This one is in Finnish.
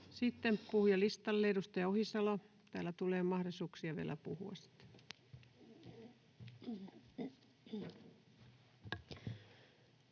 Sitten puhujalistalle. — Edustaja Ohisalo. — Täällä tulee sitten mahdollisuuksia vielä puhua.